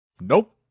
Nope